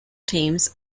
teams